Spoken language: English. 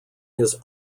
his